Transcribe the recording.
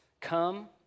come